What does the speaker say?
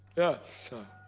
yes sir,